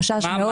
חשש מאוד גדול.